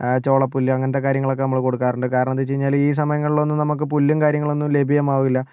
ചോളപ്പുല്ല് അങ്ങനത്തെ കാര്യങ്ങളൊക്കേ നമ്മള് കൊടുക്കാറുണ്ട് കാരണമെന്തെന്ന് വെച്ച് കഴിഞ്ഞാല് ഈ സമയങ്ങളിലൊന്നും നമുക്ക് പുല്ലും കാര്യങ്ങളൊന്നും ലഭ്യമാകില്ല